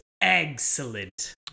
excellent